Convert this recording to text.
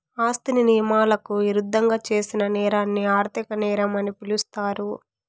ఆస్తిని నియమాలకు ఇరుద్దంగా చేసిన నేరాన్ని ఆర్థిక నేరం అని పిలుస్తారు